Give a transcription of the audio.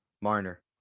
Marner